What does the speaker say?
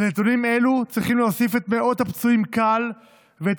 לנתונים אלה צריכים להוסיף את מאות הפצועים קל ואת